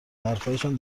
حرفهایشان